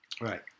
Right